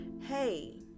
hey